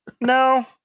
no